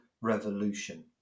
revolution